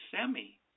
semi